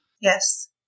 Yes